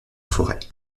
forêt